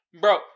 Bro